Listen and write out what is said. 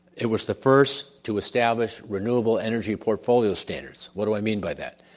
it was the first to establish renewable energy portfolio standards. what do i mean by that.